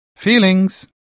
Feelings